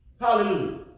Hallelujah